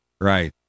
Right